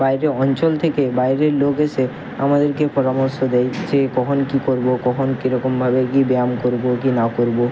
বাইরে অঞ্চল থেকে বাইরের লোক এসে আমাদেরকেও পরামর্শ দেয় যে কখন কী করবো কখন কীরকমভাবে কী ব্যায়াম করবো কী না করবো